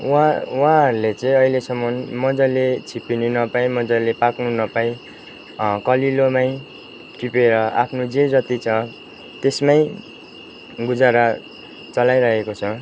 उहाँ उहाँहरूले चाहिँ अहिलेसम्म मज्जाले छिप्पिन नपाई मज्जाले पाक्नु नपाई कलिलोमै टिपेर आफ्नो जे जति छ त्यसमै गुजारा चलाइरहेको छ